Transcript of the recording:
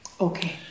Okay